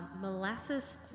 Molasses